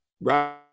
Right